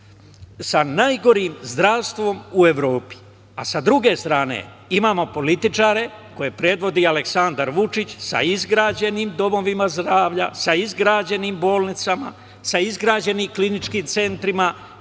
sa najgorim zdravstvom u Evropi. S druge strane imamo političare koje predvodi Aleksandar Vučić sa izgrađenim domovima zdravlja, sa izgrađenim bolnicama, sa izgrađenim kliničkim centrima